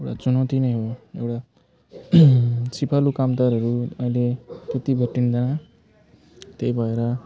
एउटा चुनौती नै हो एउटा सिपालु कामदारहरू अहिले त्यति भेटिन्न त्यही भएर